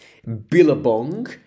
billabong